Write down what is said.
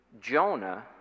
Jonah